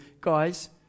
Guys